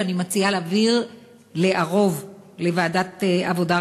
ואני מציעה להעביר את הנושא לוועדת העבודה,